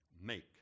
make